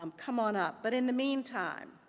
um come on up. but in the meantime,